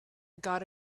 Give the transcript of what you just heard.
got